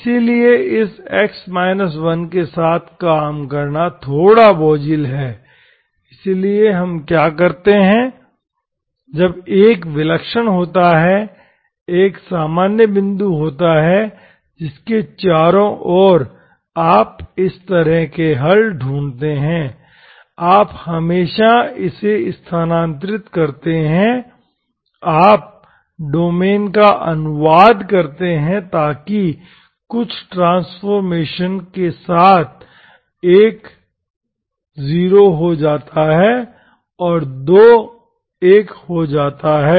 लेकिन इस x 1 के साथ काम करना थोड़ा बोझिल है इसलिए हम क्या करते हैं जब 1 विलक्षण होता है 1 सामान्य बिंदु होता है जिसके चारों ओर आप इस तरह के हल ढूंढते हैं आप हमेशा इसे स्थानांतरित करते हैं आप डोमेन का अनुवाद करते हैं ताकि कुछ ट्रांसफॉर्मेशन के साथ 1 0 हो जाता है और 2 1 हो जाता है